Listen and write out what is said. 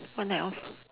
on and off